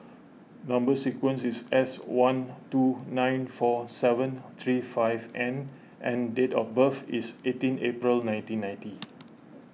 Number Sequence is S one two nine four seven three five N and date of birth is eighteen April nineteen ninety